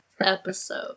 episode